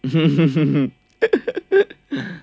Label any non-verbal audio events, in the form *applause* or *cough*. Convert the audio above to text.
*laughs*